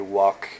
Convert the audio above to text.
walk